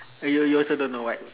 you you also don't know what